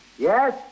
yes